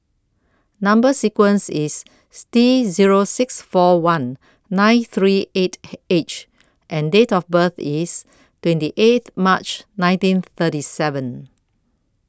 Number sequence IS T Zero six four one nine three eight H and Date of birth IS twenty eight March nineteen thirty seven